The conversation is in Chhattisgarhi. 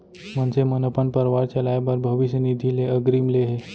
मनसे मन अपन परवार चलाए बर भविस्य निधि ले अगरिम ले हे